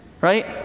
Right